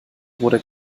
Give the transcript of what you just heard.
wurde